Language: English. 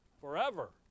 Forever